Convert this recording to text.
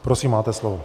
Prosím máte slovo.